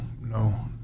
no